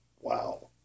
Wow